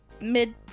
mid-